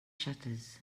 shutters